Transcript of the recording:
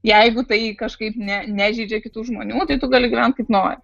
jeigu tai kažkaip ne nežeidžia kitų žmonių tai tu gali gyvent kaip nori